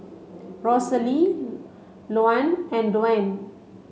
Rosalie Louann and Duane